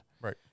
Right